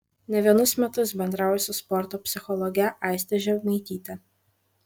ne vienus metus bendrauju su sporto psichologe aiste žemaityte